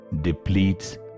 depletes